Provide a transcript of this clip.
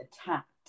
attacked